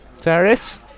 terrace